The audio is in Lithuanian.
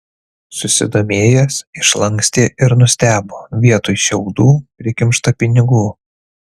susidomėjęs išlankstė ir nustebo vietoj šiaudų prikimšta pinigų